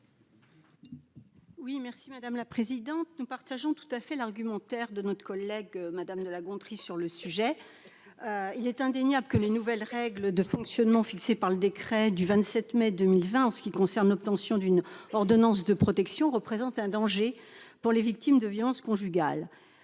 pour explication de vote. Nous partageons l'argumentaire de Mme de la Gontrie : il est indéniable que les nouvelles règles de fonctionnement fixées par le décret du 27 mai 2020 en ce qui concerne l'obtention d'une ordonnance de protection représentent un danger pour les victimes de violences conjugales.